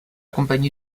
compagnie